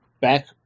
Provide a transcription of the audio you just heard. back